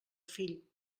fill